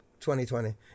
2020